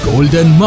Golden